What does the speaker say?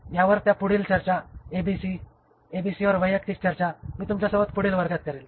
यावर त्या पुढील चर्चा ABC ABC वर वैचारिक चर्चा मी तुमच्याबरोबर पुढील वर्गात करीन